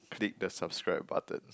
click the subscribe button